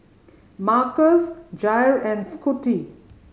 Marcus Jair and Scotty